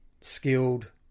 skilled